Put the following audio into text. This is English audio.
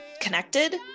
connected